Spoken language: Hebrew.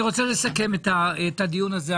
רבותיי, אני רוצה לסכם את הדיון הזה.